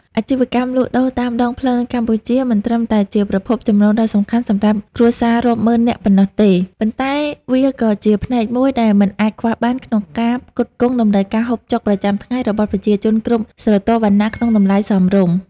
អាជីវកម្មលក់ដូរតាមដងផ្លូវនៅកម្ពុជា មិនត្រឹមតែជាប្រភពចំណូលដ៏សំខាន់សម្រាប់គ្រួសាររាប់ម៉ឺននាក់ប៉ុណ្ណោះទេ ប៉ុន្តែវាក៏ជាផ្នែកមួយដែលមិនអាចខ្វះបានក្នុងការផ្គត់ផ្គង់តម្រូវការហូបចុកប្រចាំថ្ងៃរបស់ប្រជាជនគ្រប់ស្រទាប់វណ្ណៈក្នុងតម្លៃសមរម្យ។